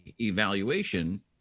evaluation